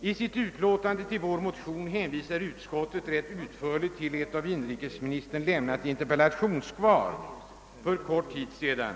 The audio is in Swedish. I sitt utlåtande över vår motion hänvisar utskottet rätt utförligt till ett av inrikesministern avlämnat interpellationssvar för en kort tid sedan.